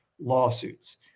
lawsuits